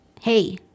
Hey